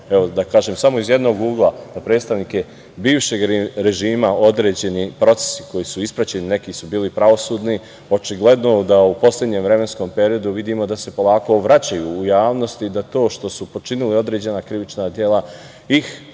da kažem, samo iz jednog ugla, predstavnike bivšeg režima određeni procesi koji su ispraćeni, neki su bili pravosudni, očigledno da u poslednjem vremenskom periodu vidimo da se polako vraćaju u javnosti i da to što su počinili određena krivična dela ih